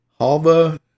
halva